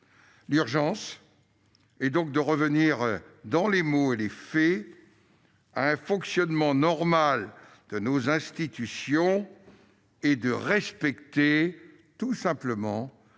L'urgence est donc de revenir, dans les mots et dans les faits, à un fonctionnement normal de nos institutions et de respecter, tout simplement,